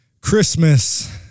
Christmas